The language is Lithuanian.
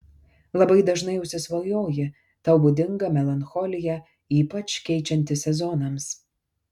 labai dažnai užsisvajoji tau būdinga melancholija ypač keičiantis sezonams